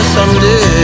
Someday